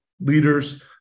leaders